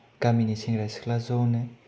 गामिनि सेंग्रा सिख्ला ज'नो